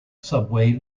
subway